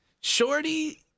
Shorty